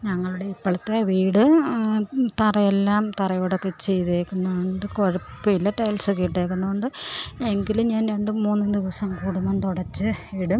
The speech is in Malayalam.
ഞങ്ങളുടെ ഇപ്പോഴത്തെ വീട് തറയെല്ലാം തറയോടൊക്കെ ചെയ്തിരിക്കുന്നത് കൊണ്ട് കുഴപ്പമില്ല ടൈൽസൊക്കെ ഇട്ടിരിക്കുന്നത് കൊണ്ട് എങ്കിലും ഞാൻ രണ്ടും മൂന്നും ദിവസം കൂടുമ്പം തുടച്ച് ഇടും